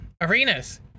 arenas